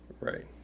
right